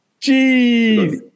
jeez